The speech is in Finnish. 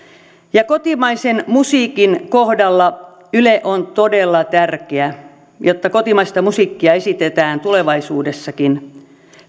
kotimaisen musiikin kohdalla yle on todella tärkeä jotta kotimaista musiikkia esitetään tulevaisuudessakin